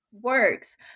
works